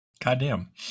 Goddamn